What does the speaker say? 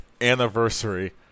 anniversary